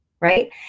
right